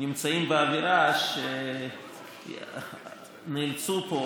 נמצאים באווירה שנאלצו פה,